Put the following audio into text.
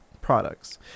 products